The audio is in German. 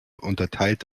unterteilt